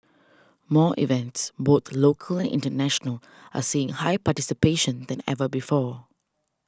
more events both local and international are seeing higher participation than ever before